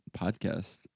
podcast